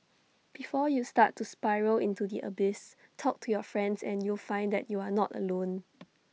before you start to spiral into the abyss talk to your friends and you'll find that you are not alone